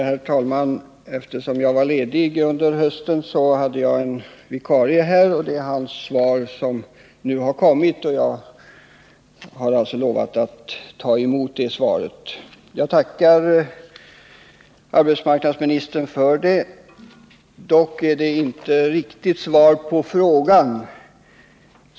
Herr talman! Eftersom jag var ledig under hösten hade jag en vikarie här. Det är hans fråga som nu besvaras. Jag tackar arbetsmarknadsministern för svaret, som dock inte riktigt är ett svar på frågan.